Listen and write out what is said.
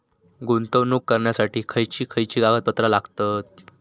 गुंतवणूक करण्यासाठी खयची खयची कागदपत्रा लागतात?